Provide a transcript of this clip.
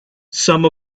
some